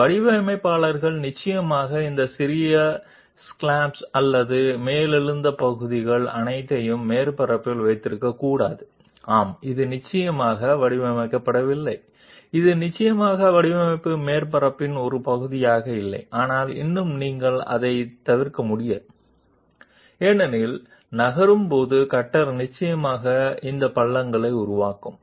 designer ఖచ్చితంగా ఈ చిన్న స్కాలోప్లను కలిగి ఉండకూడదు లేదా సర్ఫేస్ పొడవునా అప్రైజ్ చేయబడిన భాగాలను కలిగి ఉండకూడదు అవును ఇది ఖచ్చితంగా రూపొందించబడలేదు మరియు ఇది ఖచ్చితంగా డిజైన్ సర్ఫేస్ లో భాగం కాదు అయితే మీరు దానిని నివారించలేరు ఎందుకంటే కదులుతున్నప్పుడు కట్టర్ ఖచ్చితంగా ఈ పొడవైన కమ్మీలను ఉత్పత్తి చేస్తుంది